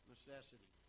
Necessity